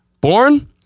born